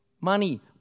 money